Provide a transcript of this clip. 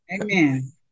Amen